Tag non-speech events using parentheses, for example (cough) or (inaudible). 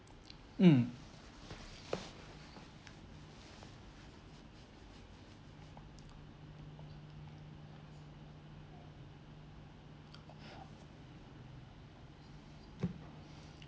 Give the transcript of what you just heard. (noise) mm (breath)